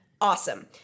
Awesome